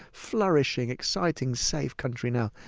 flourishing, exciting, safe country now,